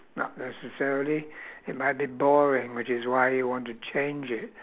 not necessarily it might be boring which is why you want to change it